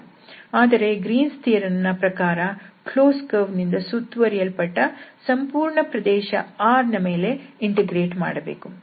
ಆದರೆ Green's theorem Green's theoremನ ಪ್ರಕಾರ ಕ್ಲೋಸ್ಡ್ ಕರ್ವ್ ನಿಂದ ಸುತ್ತುವರಿಯಲ್ಪಟ್ಟ ಸಂಪೂರ್ಣ ಪ್ರದೇಶ R ನ ಮೇಲೆ ಇಂಟಿಗ್ರೇಟ್ ಮಾಡಬೇಕು